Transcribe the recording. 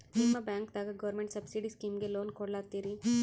ನಿಮ ಬ್ಯಾಂಕದಾಗ government subsidy ಸ್ಕೀಮಿಗಿ ಲೊನ ಕೊಡ್ಲತ್ತೀರಿ?